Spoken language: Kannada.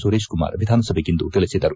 ಸುರೇಶ್ಕುಮಾರ್ ವಿಧಾನಸಭೆಗಿಂದು ತಿಳಿಸಿದರು